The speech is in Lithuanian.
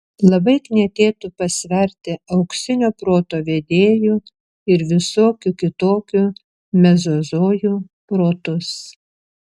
labai knietėtų pasverti auksinio proto vedėjų ir visokių kitokių mezozojų protus